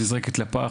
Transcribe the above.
בצלאל,